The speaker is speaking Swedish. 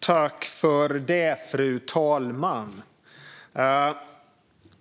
Fru talman! Jag tackar för svaret.